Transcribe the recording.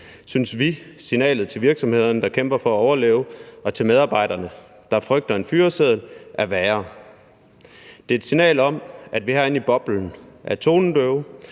synes vi, at signalet til virksomhederne, der kæmper for at overleve, og til medarbejderne, der frygter en fyreseddel, er værre. Det er et signal om, at vi herinde i boblen er tonedøve